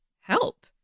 help